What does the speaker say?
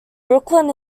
brooklyn